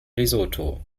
lesotho